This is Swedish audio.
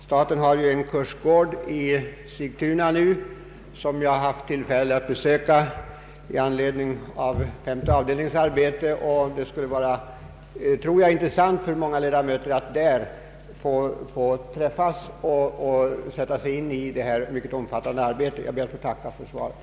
Staten har ju en kursgård i Sigtuna, som jag har haft tillfälle besöka i anledning av femte avdelningens arbete. Det skulle säkert vara intressant för ledamöterna av de nya länsstyrelserna att få träffas där och sätta sig in i sitt mycket omfattande arbete. Jag ber att få tacka för svaret.